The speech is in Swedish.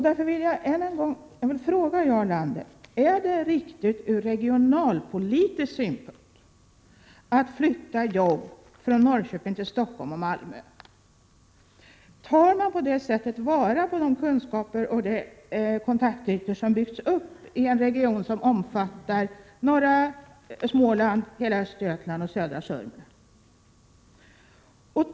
Därför vill jag fråga Jarl Lander: Är det riktigt ur regionalpolitisk synpunkt att flytta jobb från Norrköping till Stockholm och Malmö? Tar man på det sättet till vara de kunskaper och kontaktytor som har byggts upp i en region som omfattar norra Småland, hela Östergötland och södra Sörmland?